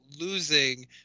losing